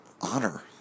honor